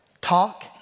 Talk